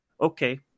Okay